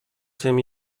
tym